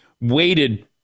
waited